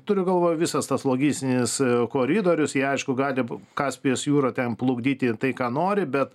turiu galvoj visas tas logistinis koridorius jie aišku gali kaspijos jūra ten plukdyti ir tai ką nori bet